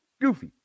goofy